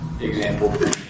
example